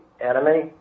enemy